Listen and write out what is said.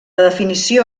definició